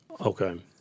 Okay